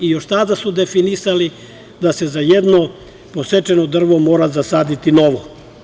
Još tada su definisali da se za jedno posečeno drvo mora zasaditi novo.